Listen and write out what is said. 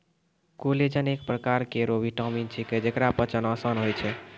collagen एक परकार केरो विटामिन छिकै, जेकरा पचाना आसान होय छै